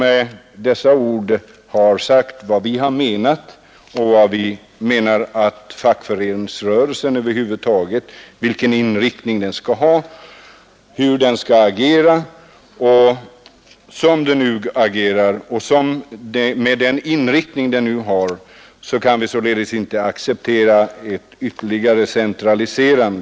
Med dessa ord tror jag mig ha tolkat vad vi menar att fackföreningsrörelsen skall ha för inriktning och hur den skall agera. Som den nu agerar, och med den inriktning den nu har, kan vi inte acceptera en ytterligare centralisering.